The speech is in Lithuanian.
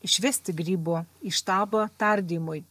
išvesti grybo į štabą tardymui